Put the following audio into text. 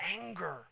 anger